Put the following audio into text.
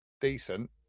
decent